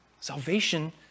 Salvation